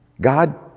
God